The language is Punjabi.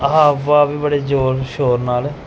ਹਾਵ ਭਾਵ ਵੀ ਬੜੇ ਜ਼ੋਰ ਸ਼ੋਰ ਨਾਲ